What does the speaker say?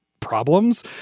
problems